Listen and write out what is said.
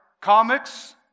comics